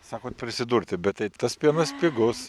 sakot prisidurti bet tai tas pienas pigus